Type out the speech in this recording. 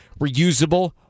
reusable